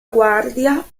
guardia